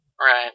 Right